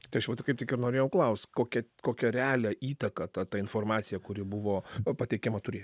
tai aš jau kaip tik norėjau klaust kokia kokią realią įtaką ta ta informacija kuri buvo pateikiama turėjo